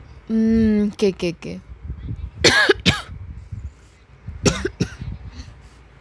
mm K K K